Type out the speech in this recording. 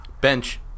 bench